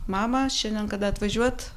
mama šiandien kada atvažiuot